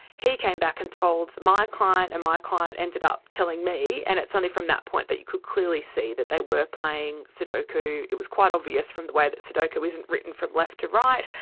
he came back and told my client, and my client ended up telling me, and it's only from that point that you could clearly see that they were playing sudoku. it was quite obvious from the way that sudoku isn't written from left to right.